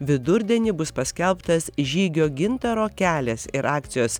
vidurdienį bus paskelbtas žygio gintaro kelias ir akcijos